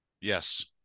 Yes